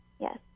Yes